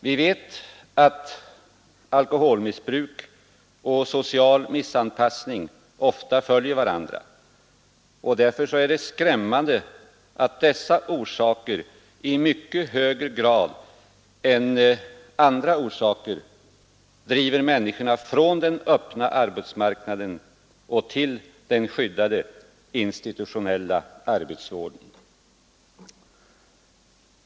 Vi vet att alkoholmissbruk och social missanpassning ofta följer varandra, och därför är det skrämmande att dessa orsaker i mycket högre grad än andra orsaker driver människor från den öppna arbetsmarknaden till den skyddade, institutionella arbetsvården.